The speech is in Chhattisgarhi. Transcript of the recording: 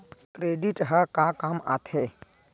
क्रेडिट ह का काम आथे?